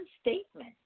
statement